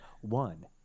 one